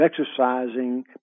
exercising